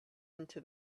into